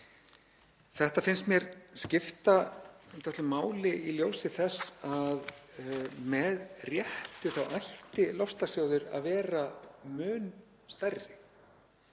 Þetta finnst mér skipta dálitlu máli í ljósi þess að með réttu ætti loftslagssjóður að vera mun stærri.